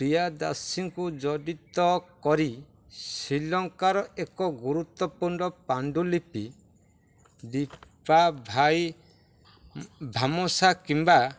ପିୟାଦାସୀଙ୍କୁ ଜଡ଼ିତ କରି ଶ୍ରୀଲଙ୍କାର ଏକ ଗୁରୁତ୍ୱପୂର୍ଣ୍ଣ ପାଣ୍ଡୁଲିପି ଡିପାଭାଇ ଭାମସା କିମ୍ବା